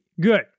good